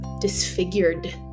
disfigured